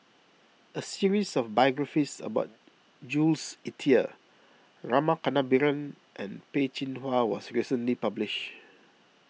a series of biographies about Jules Itier Rama Kannabiran and Peh Chin Hua was recently published